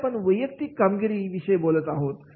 इथे आपण वैयक्तिक कामगिरी विषय बोलत आहोत